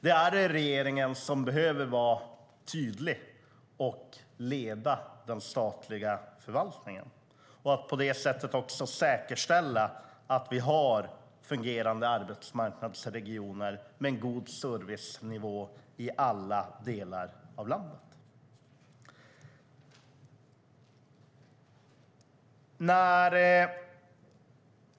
Det är regeringen som behöver vara tydlig och leda den statliga förvaltningen och på det sättet säkerställa att vi har fungerande arbetsmarknadsregioner med en god servicenivå i alla delar av landet.